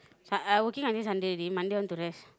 s~ uh I working until Sunday already Monday I want to rest